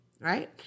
right